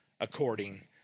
according